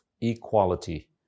equality